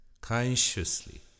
consciously